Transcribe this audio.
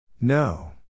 No